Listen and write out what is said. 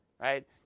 right